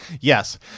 Yes